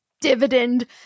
dividend